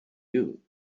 you